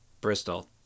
Bristol